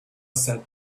said